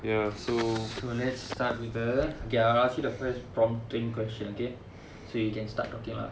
so let's start with the okay I'll ask you the first prompting question okay so you can start talking lah